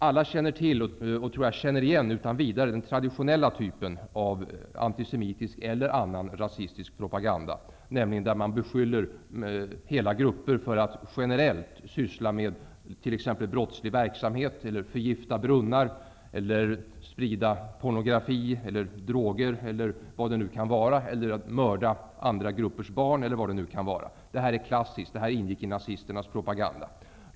Alla känner till den traditionella typen av antisemitisk eller annan rasistisk propaganda, nämligen att beskylla hela grupper för att generellt syssla med t.ex. brottslig verksamhet, förgiftning av brunnar, spridning av pornografi, droger eller vad det nu kan vara. Detta är klassiskt och ingick i nazisternas propaganda.